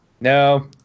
No